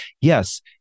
Yes